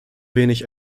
wenig